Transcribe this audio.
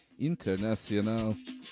internacional